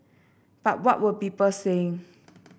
but what were people saying